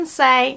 say